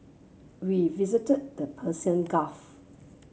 we visited the Persian Gulf